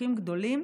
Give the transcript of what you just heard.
בקבוקים גדולים,